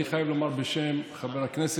עליהם בית המשפט יגן,